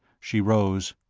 she rose.